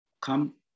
come